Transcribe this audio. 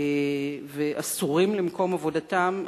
ואסורים למקום עבודתם,